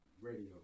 radio